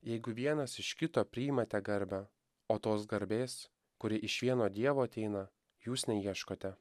jeigu vienas iš kito priimate garbę o tos garbės kuri iš vieno dievo ateina jūs neieškote